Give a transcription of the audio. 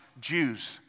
Jews